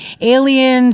aliens